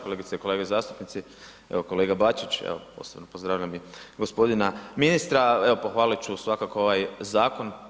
Kolegice i kolege zastupnici evo kolega Bačić, evo posebno pozdravljam i gospodina ministra, evo pohvalit ću svakako ovaj zakon.